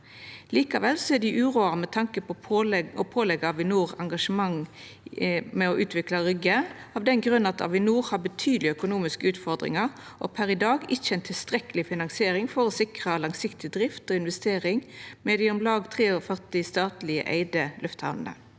Likevel er dei uroa med tanke på å påleggja Avinor å engasjera seg i utviklinga av Rygge, av den grunn at Avinor har betydelege økonomiske utfordringar og per i dag ikkje har tilstrekkeleg finansiering for å sikra langsiktig drift og investeringar ved dei om lag 43 statleg eigde lufthamnene.